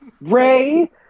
Ray